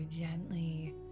gently